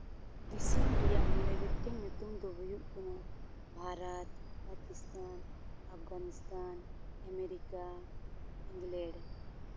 ᱫᱤᱥᱚᱢ ᱨᱮᱭᱟᱜ ᱢᱚᱬᱮ ᱜᱚᱴᱮᱡ ᱧᱩᱛᱩᱢ ᱫᱚ ᱦᱩᱭᱩᱜ ᱠᱟᱱᱟ ᱵᱷᱟᱨᱚᱛ ᱯᱟᱠᱤᱥᱛᱟᱱ ᱟᱯᱷᱜᱟᱱᱤᱥᱛᱟᱱ ᱟᱢᱮᱨᱤᱠᱟ